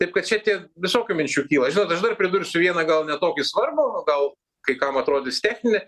taip kad čia tie visokių minčių kyla žinot aš dar pridursiu vieną gal ne tokį svarbų o gal kai kam atrodys techninį